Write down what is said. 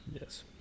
Yes